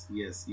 yes